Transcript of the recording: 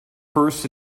first